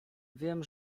wiem